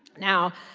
now,